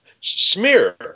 smear